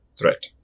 threat